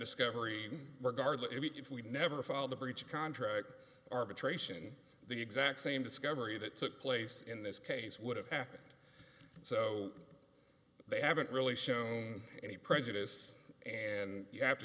discovery regardless if we'd never filed a breach of contract arbitration the exact same discovery that took place in this case would have happened so they haven't really shown any prejudice and you have to